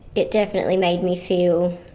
it definitely made me feel